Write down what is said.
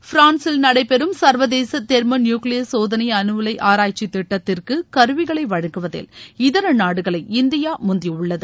பிரான்சில் நடைபெறம் சா்வதேச தெர்மோ நியுகிளியார் சோதனை அணுஉலை ஆராய்ச்சி திட்டத்திற்கு கருவிகளை வழங்குவதில் இதர நாடுகளை இந்தியா முந்தியுள்ளது